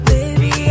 Baby